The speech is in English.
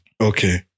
Okay